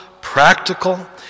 practical